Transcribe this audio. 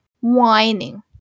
whining